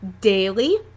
daily